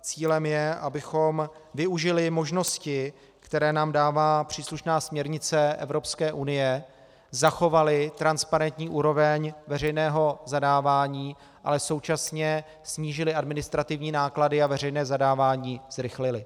Cílem je, abychom využili možnosti, které nám dává příslušná směrnice Evropské unie, zachovali transparentní úroveň veřejného zadávání, ale současně snížili administrativní náklady a veřejné zadávání zrychlili.